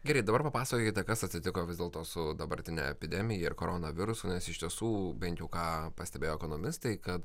gerai dabar papasakokite kas atsitiko vis dėlto su dabartine epidemija ir koronavirusu nes iš tiesų bent jau ką pastebėjo ekonomistai kad